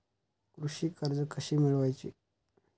कृषी कर्ज कसे मिळवायचे?